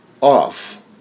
off